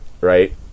Right